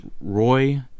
Roy